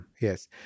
Yes